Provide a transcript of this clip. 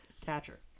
Catcher